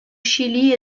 chili